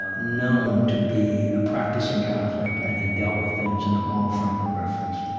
ah known to be a practicing catholic, and he dealt with things in a moral frame of reference.